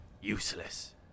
useless